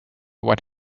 what